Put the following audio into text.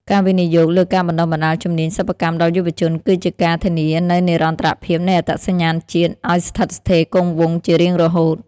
ការវិនិយោគលើការបណ្ដុះបណ្ដាលជំនាញសិប្បកម្មដល់យុវជន គឺជាការធានានូវនិរន្តរភាពនៃអត្តសញ្ញាណជាតិ ឱ្យស្ថិតស្ថេរគង់វង្សជារៀងរហូត។